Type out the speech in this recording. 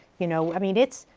you know, i mean it's,